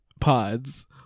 pods